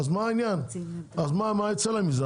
אז מה יוצא להם מזה?